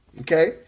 Okay